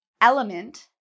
element